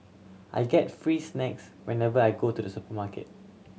I get free snacks whenever I go to the supermarket